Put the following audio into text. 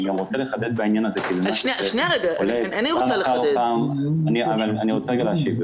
אני רוצה לחדד בעניין הזה, אני רוצה להשיב.